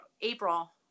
April